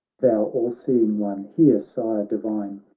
thou all-seeing one, hear. sire divine,